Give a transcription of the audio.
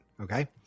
okay